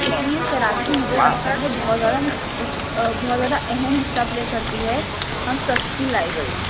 اس لیے تیراکی مجھے لگتا ہے بہت زیادہ بہت زیادہ اہم حصہ پلے کرتی ہے ہم سب کی لائف میں